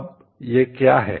अब यह क्या है